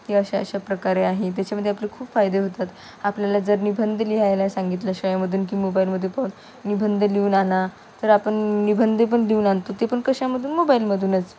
हे अशा अशा प्रकारे आहे त्याच्यामध्ये आपले खूप फायदे होतात आपल्याला जर निबंध लिहायला सांगितला शाळेमधून की मोबाईलमध्ये पण निबंध लिहून आणा तर आपण निबंध पण लिहून आणतो ते पण कशामधून मोबाईलमधूनच